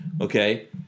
okay